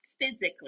physically